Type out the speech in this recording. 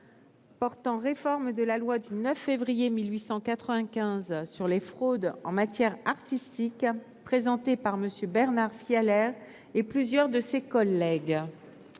portant réforme de la loi du 9 février 1895 sur les fraudes en matière artistique, présentée par M. Bernard Fialaire et plusieurs de ses collègues